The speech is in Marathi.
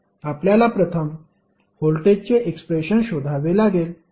आपल्याला प्रथम व्होल्टेजचे एक्सप्रेशन शोधावे लागेल